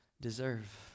deserve